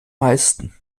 meisten